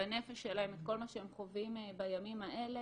בנפש שלהם, את כל מה שהם חווים בימים האלה.